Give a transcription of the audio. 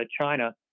China